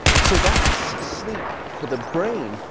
so that's sleep for the brain,